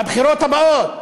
בבחירות הבאות,